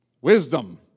Wisdom